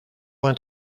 vingt